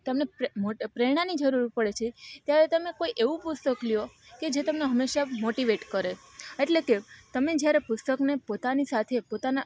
તમને પ્રેરણાની જરૂર પડે છે ત્યારે તમે કોઈ એવું પુસ્તક લો કે જે તમને હંમેશા મોટિવેટ કરે એટલે કે તમે જ્યારે પુસ્તકને પોતાની સાથે પોતાના